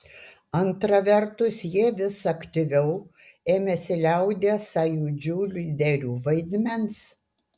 antra vertus jie vis aktyviau ėmėsi liaudies sąjūdžių lyderių vaidmens